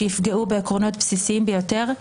שיפגעו בעקרונות בסיסיים ביותר,